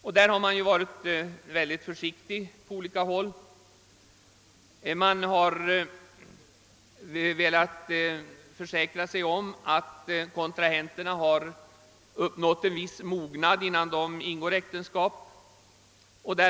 Härvidlag har många varit mycket försiktiga och velat ha en ganska hög åldersgräns, ty man har önskat försäkra sig om att kontrahenterna uppnått en viss mognad innan de ingår äktenskap.